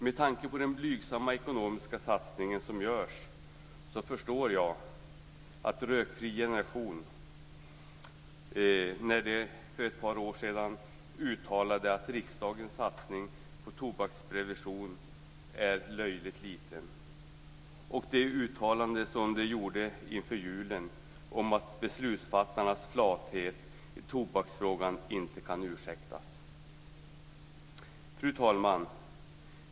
Med tanke på den blygsamma ekonomiska satsning som görs förstår jag uttalandet för ett par år sedan från organisationen En Rökfri Generation att riksdagens satsning på tobaksprevention är löjligt liten och uttalandet inför julen att beslutsfattarnas flathet i tobaksfrågan inte kan ursäktas. Fru talman!